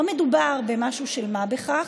לא מדובר במשהו של מה בכך,